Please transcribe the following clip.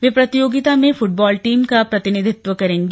वे प्रतियोगिता में football team का प्रतिनिधित्व करेंगी